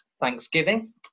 thanksgiving